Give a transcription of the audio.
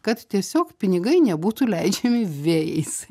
kad tiesiog pinigai nebūtų leidžiami vėjais